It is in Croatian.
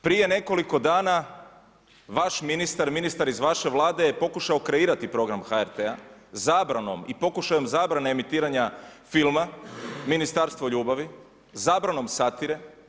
Prije nekoliko dana, vaš ministar, ministar iz vaše Vlade je pokušao kreirati program HRT-a, zabranom i pokušajem zabrane emitiranja filma Ministarstvo ljubavi, zabranom satire.